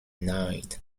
night